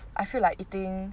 I feel like eating